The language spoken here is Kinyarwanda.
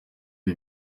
ari